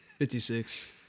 56